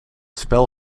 spel